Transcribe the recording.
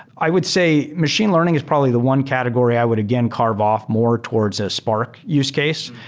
i would say machine learning is probably the one category i would, again, carve off more towards a spark use case,